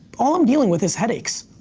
all i'm dealing with is headaches.